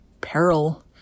peril